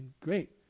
great